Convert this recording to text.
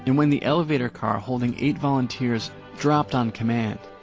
and when the elevator car holding eight volunteers dropped on command,